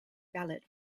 ballot